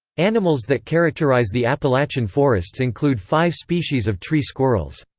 animals that characterize the appalachian forests include five species of tree squirrels.